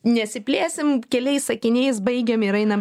nesiplėsim keliais sakiniais baigiam ir einam